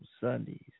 Sundays